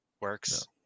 works